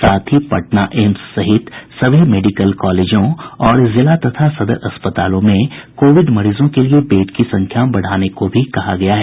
साथ ही पटना एम्स सहित सभी मेडिकल कॉलेजों और जिला तथा सदर अस्पतालों में कोविड मरीजों के लिए बेड की संख्या बढ़ाने को भी कहा गया है